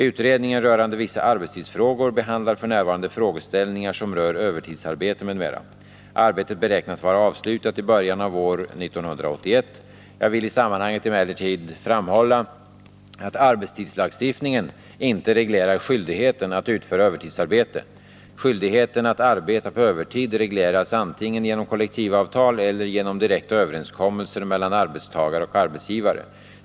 Utredningen rörande vissa arbetstidsfrågor behandlar f. n. frågeställningar som rör övertidsarbete m.m. Arbetet beräknas vara avslutat i början av år 1981. Jag vill i sammanhanget emellertid framhålla att arbetstidslagstiftningen inte reglerar skyldigheten att utföra övertidsarbete. Skyldigheten att arbeta på övertid regleras antingen genom kollektivavtal eller genom direkta överenskommelser mellan arbetstagare och arbetsgivare.